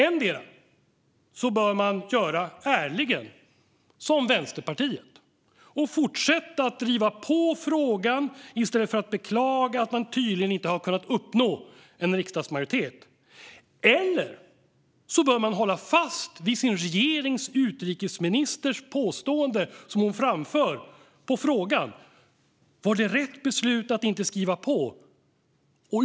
Endera bör man ärligen göra som Vänsterpartiet gör och fortsätta att driva på frågan i stället för att beklaga att man tydligen inte har kunnat uppnå en riksdagsmajoritet, eller så bör man hålla fast vid det utrikesministern har framfört som svar på frågan: Var det rätt beslut att inte skriva på?